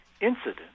incident